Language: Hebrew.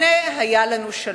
הנה היה לנו שלום.